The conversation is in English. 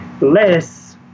less